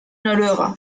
noruega